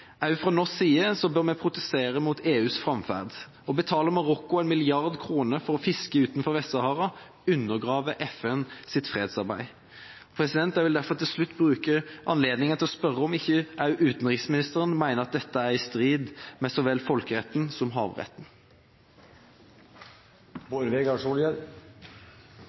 fra norsk side bør vi protestere mot EUs framferd. Å betale Marokko en milliard kroner for å fiske utenfor Vest-Sahara undergraver FNs fredsarbeid. Jeg vil derfor til slutt bruke anledningen til å spørre om ikke også utenriksministeren mener dette er i strid med så vel folkeretten som